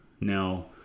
Now